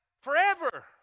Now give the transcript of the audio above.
forever